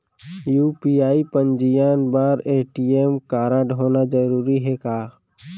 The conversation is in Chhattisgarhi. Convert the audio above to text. यू.पी.आई पंजीयन बर ए.टी.एम कारडहोना जरूरी हे का?